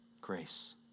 Grace